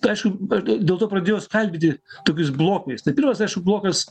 tai aišku aš dėl to pradėjau skalbyti tokius blokais tai pirmas aišku blokas